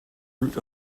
root